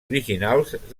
originals